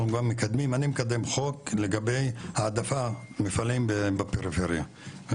אני מקדם חוק לגבי העדפת מפעלים בפריפריה.